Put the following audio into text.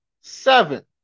seven